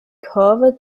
kurve